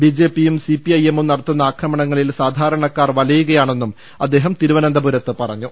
ബിജെപിയും സിപിഐഎമ്മും നടത്തുന്ന അക്രമങ്ങളിൽ സാധാരണക്കാർ വലയുകയാണെന്നും അദ്ദേഹം തിരുവനന്തപുരത്ത് പറഞ്ഞു